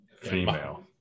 female